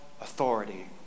authority